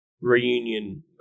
reunion